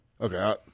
Okay